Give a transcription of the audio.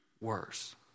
worse